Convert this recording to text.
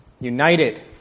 united